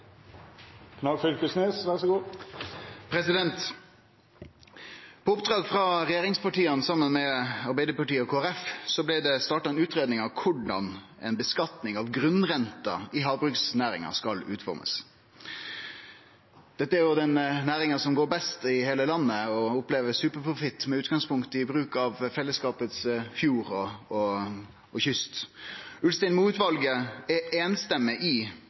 regjeringspartia, saman med Arbeidarpartiet og Kristeleg Folkeparti, blei det starta ei utgreiing av korleis ei skattlegging av grunnrenta i havbruksnæringa skal utformast. Dette er jo den næringa som går best i heile landet, og som opplever superprofitt med utgangspunkt i bruk av fellesskapet sine fjordar og kystar. Ulltveit-Moe-utvalet er einstemmig i at det er rett og rimeleg med ei skattlegging som gjer at superprofitten som laksenæringa i